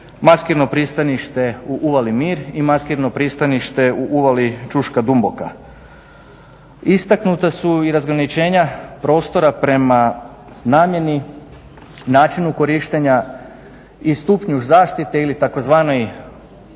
maskirno pristanište u Uvali Mir i maskirno pristanište u Uvali Čuška Dumboka. Istaknuta su i razgraničenja prostora prema namjeni, načinu korištenja i stupnju zaštite ili tzv.